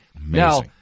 Now